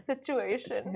situation